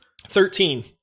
Thirteen